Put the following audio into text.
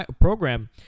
program